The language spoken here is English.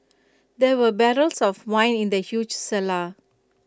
there were barrels of wine in the huge cellar